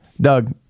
Doug